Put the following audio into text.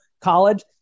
college